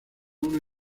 una